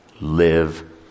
live